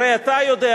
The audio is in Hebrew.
הרי אתה יודע,